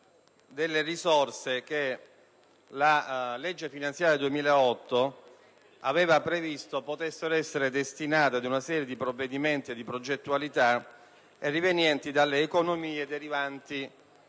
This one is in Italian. le risorse che la legge finanziaria 2008 aveva previsto potessero essere destinate a una serie di provvedimenti e di progettualità rivenienti dalle economie derivanti